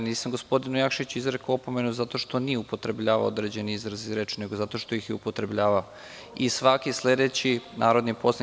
Nisam gospodinu Jakšiću izrekao opomenu zato što nije upotrebljavao određene izraze i reči, već zato što ih je upotrebljavao i svaki sledeći narodni poslanik…